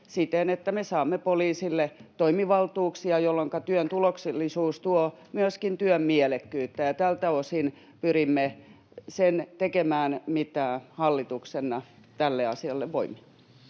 siten, että me saamme poliisille toimivaltuuksia, jolloinka työn tuloksellisuus tuo myöskin työn mielekkyyttä. Tältä osin pyrimme sen tekemään, mitä hallituksena tälle asialle voimme.